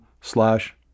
slash